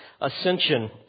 ascension